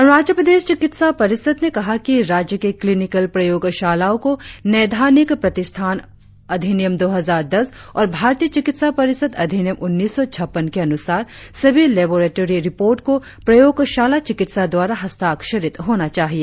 अरुणाचल प्रदेश चिकित्सा परिषद ने कहा कि राज्य के क्लीनिकल प्रयोगशालाओं को नैदानिक प्रतिष्ठान अधिनियम दो हजार दस और भारतीय चिकित्सा परिषद अधिनियम उन्नीस सौ छप्पन के अनुसार सभी लेबोरेटोरी रिपोर्ट को प्रयोगशाला चिकित्सा द्वारा हस्ताक्षरित होना चाहिए